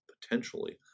potentially